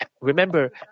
remember